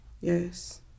Yes